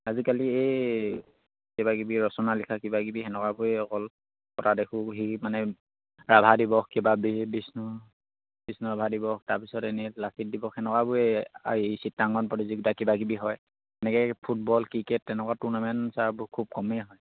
আজিকালি এই কিবাকিবি ৰচনা লিখা কিবা কিবি সেনেকুৱাবোৰে অকল কথা দেখোঁ সি মানে ৰাভা দিৱস কিবা বিষ্ণু বিষ্ণু ৰাভা দিৱস তাৰপিছত এনেই লাচিত দিৱস সেনেকুৱাবোৰে এই চিত্ৰাংকন প্ৰতিযোগিতা কিবা কিবি হয় এনেকে ফুটবল ক্ৰিকেট তেনেকুৱা টুৰ্নামেণ্ট ছাৰ খুব কমেই হয়